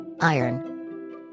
Iron